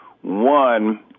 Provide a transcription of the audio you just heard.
One